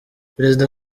perezida